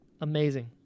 amazing